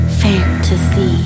fantasy